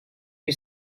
you